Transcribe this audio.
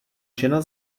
žena